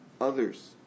others